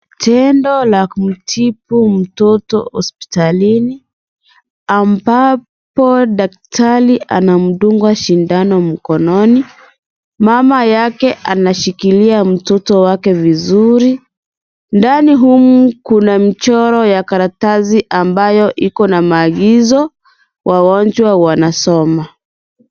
Tendo la kumtibu mtoto hospitalini ambapo daktari anamdunga sindano mkononi. Mama yake anashikilia mtoto wake vizuri. Ndani humu kuna mchoro ya karatasi ambayo iko na maagizo wagonjwa wanasoma.